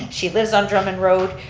she lives on drummond road.